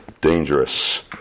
dangerous